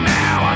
now